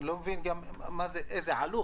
אני לא מבין איזו עלות.